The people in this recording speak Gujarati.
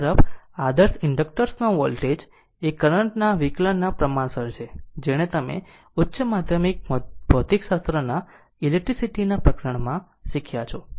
બીજી તરફ આદર્શ ઇન્ડક્ટર્સ નો વોલ્ટેજ એ કરંટ ના વિકલનના પ્રમાણસર છે જેણે તમે ઉચ્ચ માધ્યમિક ભૌતિકશાસ્ત્રના ઈલેક્ટ્રીસીટી પ્રકરણ માં શીખ્યા છો